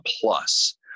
plus